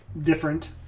different